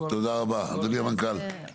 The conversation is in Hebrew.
תודה רבה, אדוני המנכ"ל.